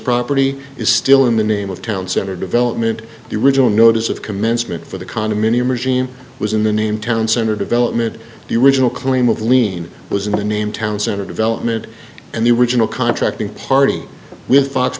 property is still in the name of town center development the original notice of commencement for the condominium regime was in the name town center development the original claim of lien was in the name town center development and the original contracting party with